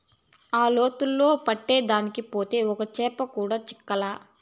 ఆ లోతులో పట్టేదానికి పోతే ఒక్క చేప కూడా చిక్కలా